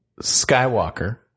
Skywalker